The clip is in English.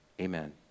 amen